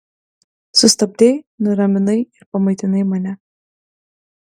sustabdei nuraminai ir pamaitinai mane